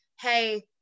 hey